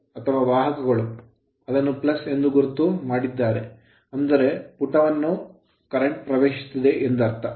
ಈ ವಾಹಕದಲ್ಲಿ ಅದನ್ನು ಎಂದು ಗುರುತು ಮಾಡಿದ್ದರೆ ಅಂದರೆ ಪುಟವನ್ನು ಪ್ರವೇಶಿಸುವ current ಕರೆಂಟ್ ಎಂದರ್ಥ